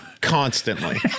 Constantly